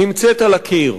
נמצאת על הקיר.